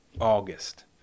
August